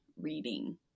reading